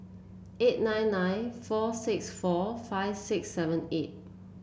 eight nine nine four six four five six seven eight